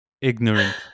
Ignorant